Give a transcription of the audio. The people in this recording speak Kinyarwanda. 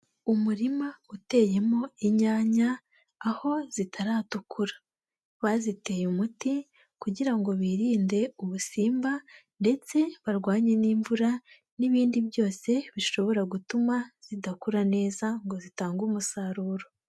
Umurima uteyemo inyanya aho zitaratukura, baziteye umuti kugira ngo birinde ubusimba ndetse barwanye n'imvura n'ibindi byose bishobora gutuma zidakura neza ngo zitange umusaruro.